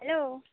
hello